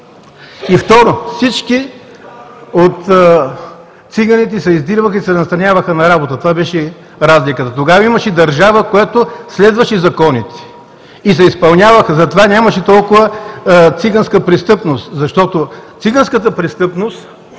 Второ, всички от циганите се издирваха и се настаняваха на работа, това беше разликата. Тогава имаше държава, която следваше законите и се изпълняваха. Затова нямаше толкова циганска престъпност, защото циганската престъпност